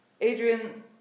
Adrian